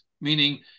meaning